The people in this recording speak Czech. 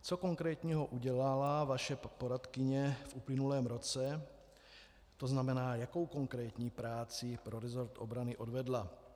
Co konkrétního udělala vaše poradkyně v uplynulém roce, to znamená, jakou konkrétní práci pro resort obrany odvedla?